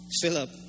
Philip